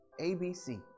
ABC